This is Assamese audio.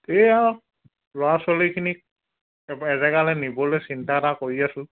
এই আৰু ল'ৰা ছোৱালীখিনিক এ এজেগালৈ নিবলৈ চিন্তা এটা কৰি আছোঁ